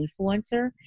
influencer